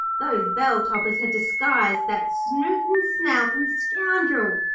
those bell-toppers had disguised that snooting, snouting scoundrel,